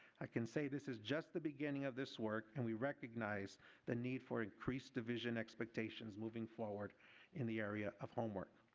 i can say this is just the beginning of this work, and we recognize the need for increased division expectation moving forward in the area of homework.